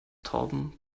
torben